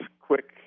quick